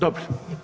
Dobro.